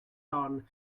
horn